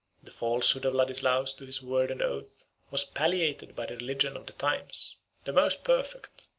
the falsehood of ladislaus to his word and oath was palliated by the religion of the times the most perfect,